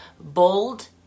bold